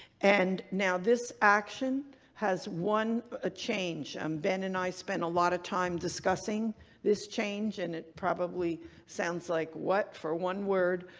and now this action has one ah change. um ben and i spent a lot of time discussing this change and it probably sounds like, what? for one word,